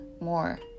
more